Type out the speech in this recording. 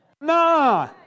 Nah